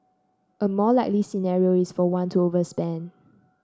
a more likely scenario is for one to overspend